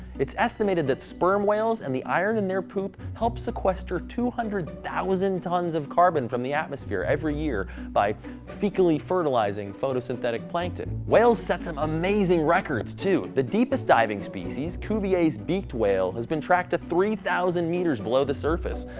it's estimated that sperm whales and the iron in their poop help sequester two hundred thousand tons of carbon from the atmosphere every year by fecally fertilizing photosynthetic plankton. whales set some amazing records, too. the deepest diving species, cuvier's beaked whale, has been tracked to three thousand meters below the surface!